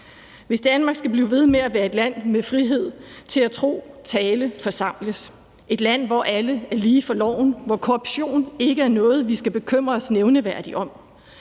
hvis Danmark skal blive ved med at være et land med frihed til at tro, tale, forsamles, et land, hvor alle er lige for loven, hvor korruption ikke er noget, vi skal bekymre os nævneværdigt om,